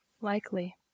likely